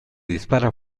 dispara